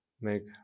make